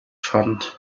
fund